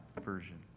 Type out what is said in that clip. version